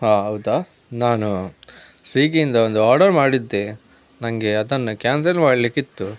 ಹಾಂ ಹೌದಾ ನಾನು ಸ್ವಿಗ್ಗಿಯಿಂದ ಒಂದು ಆರ್ಡರ್ ಮಾಡಿದ್ದೆ ನನಗೆ ಅದನ್ನು ಕ್ಯಾನ್ಸಲ್ ಮಾಡಲಿಕ್ಕಿತ್ತು